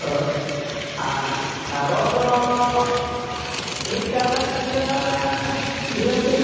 ᱦᱳᱭ ᱟᱨ ᱥᱟᱨᱚ ᱫᱚ ᱢᱤᱫᱴᱟᱝ ᱞᱟᱝ ᱟᱹᱜᱩᱭᱟ ᱦᱟᱜ ᱰᱤᱭᱮᱯᱤ